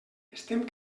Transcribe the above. estem